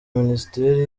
minisiteri